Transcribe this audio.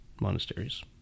monasteries